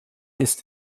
ist